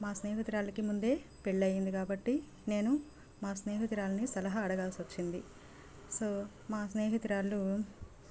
మా స్నేహితురాళ్ళకి ముందే పెళ్ళి అయ్యింది కాబట్టి నేను మా స్నేహితురాళ్ళని సలహా అడగాల్సి వచ్చింది సో మా స్నేహితురాళ్ళు